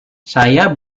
saya